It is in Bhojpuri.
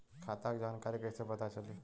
खाता के जानकारी कइसे पता चली?